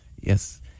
yes